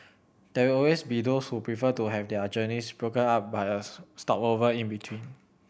there will always be those who prefer to have their journeys broken up by a stopover in between